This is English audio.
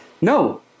No